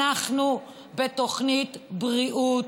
אנחנו בתוכנית בריאות.